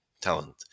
talent